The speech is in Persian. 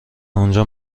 آنجا